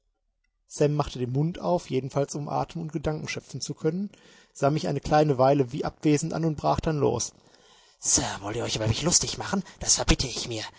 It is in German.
sam machte den mund auf jedenfalls um atem und gedanken schöpfen zu können sah mich eine kleine weile wie abwesend an und brach dann los sir wollt ihr euch über mich lustig machen das verbitte ich mir